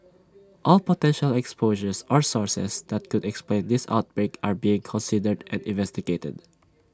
all potential exposures or sources that could explain this outbreak are being considered and investigated